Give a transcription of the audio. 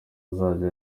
azajya